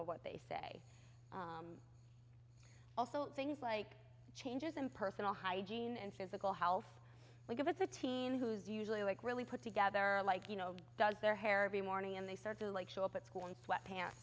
of what they say also things like changes in personal hygiene and physical health give us a team who's usually like really put together like you know does their hair every morning and they start to like show up at school in sweatpants